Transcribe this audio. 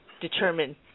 determine